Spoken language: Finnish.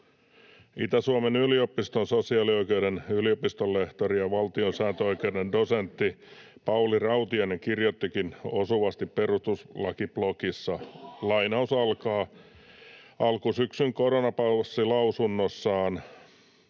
Itä-Suomen yliopiston sosiaalioikeuden yliopistonlehtori ja valtiosääntöoikeuden dosentti Pauli Rautiainen kirjoittikin osuvasti Perustuslakiblogissa: ”Alkusyksyn koronapassilausunnossaan